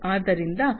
ಆದ್ದರಿಂದ ಇಂಡಸ್ಟ್ರಿ 4